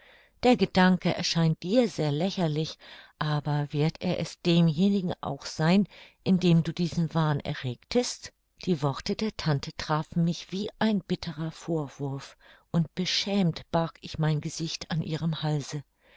der gedanke erscheint dir sehr lächerlich aber wird er es demjenigen auch sein in dem du diesen wahn erregtest die worte der tante trafen mich wie ein bitterer vorwurf und beschämt barg ich mein gesicht an ihrem halse